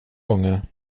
gånger